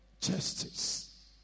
justice